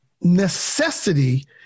necessity